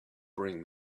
bring